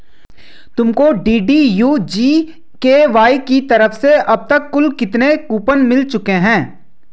तुमको DDU GKY की तरफ से अब तक कुल कितने कूपन मिल चुके हैं?